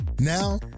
Now